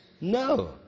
No